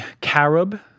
carob